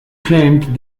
claimed